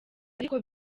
ariko